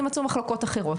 יימצאו מחלוקות אחרות.